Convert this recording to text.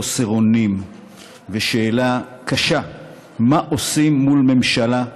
חוסר אונים ושאלה קשה מה עושים מול ממשלה,